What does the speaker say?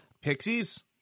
pixies